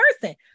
person